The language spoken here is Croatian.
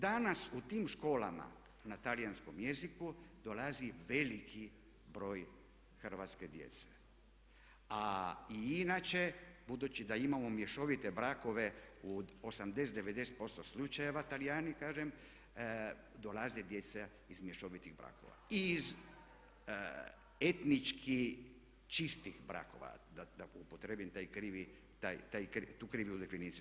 Danas u tim školama na talijanskom jeziku dolazi veliki broj hrvatske djece, a i inače budući da imamo mješovite brakove u 80, 90% slučajeva Talijani kažem dolaze djeca iz mješovitih brakova i iz etnički čistih brakova, da upotrijebim taj krivi, tu krivu definiciju.